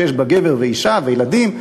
שיש בה גבר ואישה וילדים,